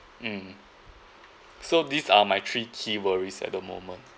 mm so these are my three key worries at the moment